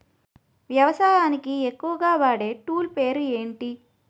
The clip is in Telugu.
వ్యవసాయానికి ఎక్కువుగా వాడే టూల్ పేరు ఏంటి?